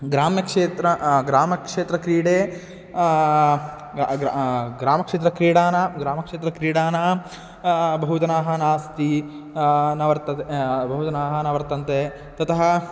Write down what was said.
ग्राम्यक्षेत्रे ग्रामक्षेत्रक्रीडायां ग् ग्राम्यक्षेत्रक्रीडानां ग्राम्यक्षेत्रक्रीडानां बहुजनाः नास्ति न वर्तन्ते बहु जनाः न वर्तन्ते ततः